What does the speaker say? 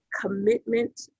commitment